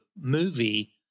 movie